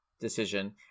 decision